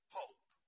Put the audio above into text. hope